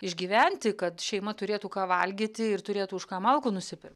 išgyventi kad šeima turėtų ką valgyti ir turėtų už ką malkų nusipirkt